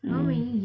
mm